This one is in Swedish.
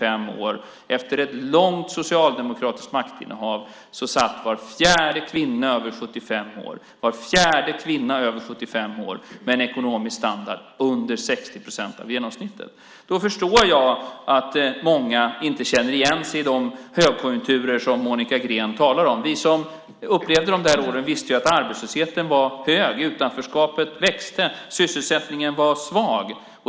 Efter ett långt socialdemokratiskt maktinnehav satt var fjärde kvinna över 75 år med en ekonomisk standard under 60 procent av genomsnittet. Då förstår jag att många inte känner igen sig i de högkonjunkturer som Monica Green talar om. Vi som upplevde de åren visste att arbetslösheten var hög, utanförskapet växte och att sysselsättningen var svag.